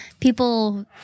people